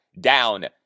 down